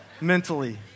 Mentally